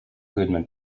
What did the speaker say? goodman